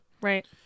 Right